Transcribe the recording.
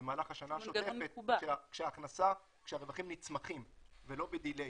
במהלך השנה השוטפת כשהרווחים נצמחים ולא בדיליי,